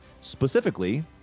specifically